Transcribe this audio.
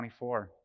24